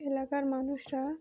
এলাকার মানুষরা